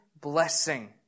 blessing